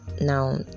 now